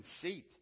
conceit